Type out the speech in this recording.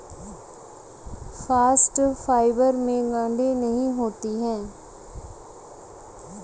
bast fibre में गांठे नहीं होती है